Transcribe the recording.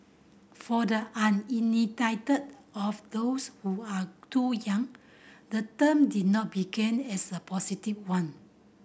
for the uninitiated of those who are too young the term did not begin as a positive one